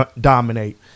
dominate